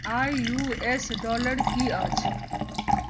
आइ U S dollar की अछि